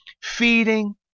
Feeding